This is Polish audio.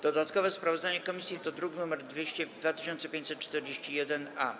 Dodatkowe sprawozdanie komisji to druk nr 2541-A.